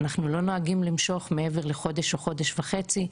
אנחנו לא נוהגים למשוך מעבר לחודש וחודש וחצי,